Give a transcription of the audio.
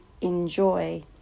enjoy